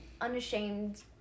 unashamed